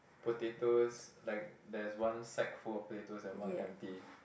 potatoes like there's one sack full of potatoes and one empty